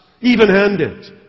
even-handed